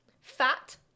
fat